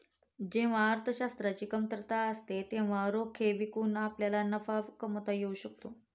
जेव्हा अर्थशास्त्राची कमतरता असते तेव्हा रोखे विकून आपल्याला नफा कमावता येऊ शकतो